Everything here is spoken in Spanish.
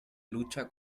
lucha